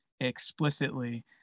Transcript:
Explicitly